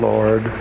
Lord